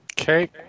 Okay